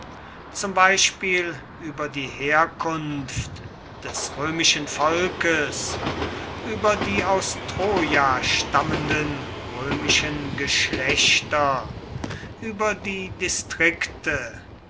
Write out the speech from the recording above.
zum beispiel über die herkunft des römischen volkes über die aus troia stammenden römischen geschlechter über die distrikte